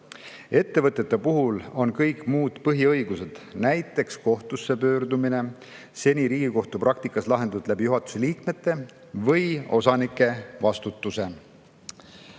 Ettevõtete puhul on kõigi muude põhiõiguste [tagamine], näiteks kohtusse pöördumine, seni Riigikohtu praktikas lahendatud juhatuse liikmete või osanike vastutuse